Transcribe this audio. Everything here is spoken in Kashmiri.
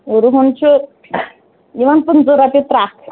روہَن چھُ یِوان پٕنٛژٕ رۄپیہِ ترٛکھ